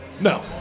No